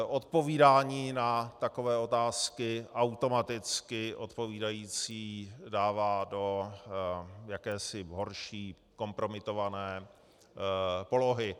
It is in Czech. Odpovídání na takové otázky automaticky odpovídající dává do jakési horší kompromitované polohy.